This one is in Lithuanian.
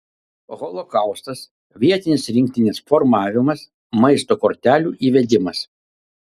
holokaustas vietinės rinktinės formavimas maisto kortelių įvedimas